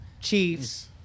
Chiefs